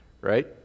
right